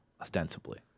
ostensibly